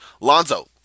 Lonzo